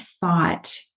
thought